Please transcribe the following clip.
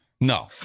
No